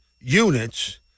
units